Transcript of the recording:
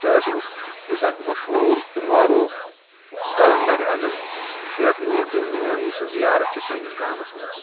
تۄہہِ آسیو یُس اَکھ مشہوٗر تہٕ معاروٗف کَلندَرِ اعظم شیٖخ نور الدیٖن نورانی سٕنٛز زِیارَت چھِ سٲنِس گامَس منٛز